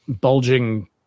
bulging